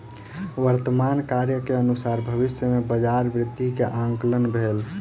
वर्तमान कार्य के अनुसारे भविष्य में बजार वृद्धि के आंकलन भेल